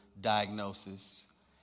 diagnosis